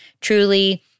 Truly